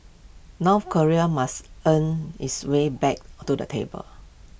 North Korea must earn its way back to the table